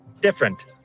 different